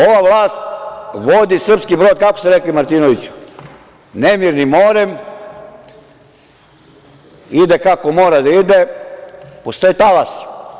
Ova vlast vodi srpski brod, kako ste rekli Martinoviću, nemirnim morem, ide kako mora da ide uz te talase.